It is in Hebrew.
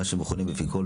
מה שמכונה בפי כל,